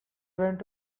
went